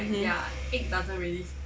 mmhmm